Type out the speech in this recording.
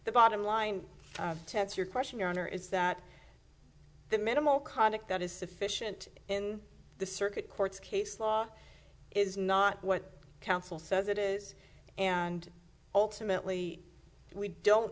the bottom line to answer your question your honor is that the minimal conduct that is sufficient in the circuit court's case law is not what counsel says it is and ultimately we don't